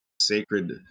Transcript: sacred